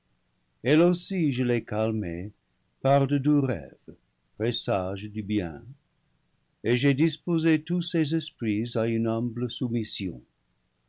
elle aussi je l'ai calmée par de doux rêves présages du bien et j'ai disposé tous ses esprits à une humble soumission